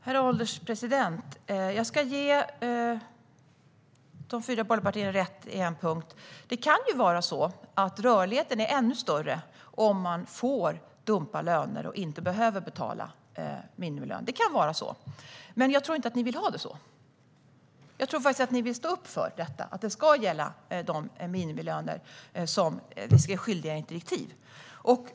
Herr ålderspresident! Jag ske ge de fyra borgerliga partierna rätt på en punkt. Det kan ju vara så att rörligheten blir ännu större om man får dumpa löner och inte behöver betala minimilön, men jag tror inte att ni vill ha det så. Jag tror faktiskt att ni vill stå upp för att minimilöner ska gälla enligt direktivet.